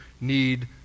need